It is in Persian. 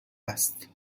است